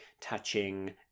touching